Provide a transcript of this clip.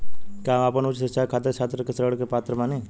का हम आपन उच्च शिक्षा के खातिर छात्र ऋण के पात्र बानी?